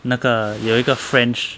那个有一个 french